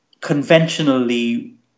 conventionally